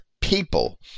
people